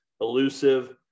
elusive